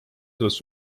sellest